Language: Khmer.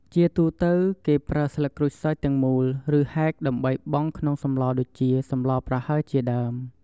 ជាទូទៅ គេប្រើស្លឹកក្រូចសើចទាំងមូល ឬហែកដើម្បីបង់ក្នុងសម្លដូចជា សម្លប្រហើរជាដេីម។